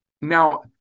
Now